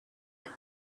had